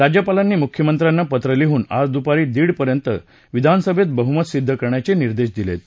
राज्यपालांनी मुख्यमंत्र्यांना पत्र लिहून आज दुपारी दीडपर्यंत विधानसभेत बहुमत सिद्ध करण्याचे निर्देश दिलेत